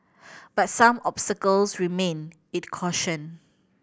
but some obstacles remain it cautioned